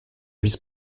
vice